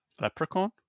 Leprechaun